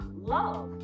love